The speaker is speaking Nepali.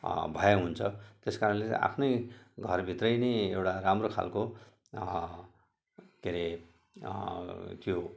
भय हुन्छ त्यस कारणले आफ्नो घर भित्र नै एउटा राम्रो खाले के हरे त्यो